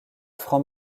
franc